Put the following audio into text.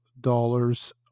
dollars